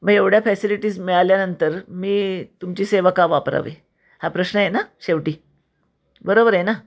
मग एवढ्या फॅसिलिटीज मिळाल्यानंतर मी तुमची सेवा का वापरावी हा प्रश्न आहे ना शेवटी बरोबर आहे ना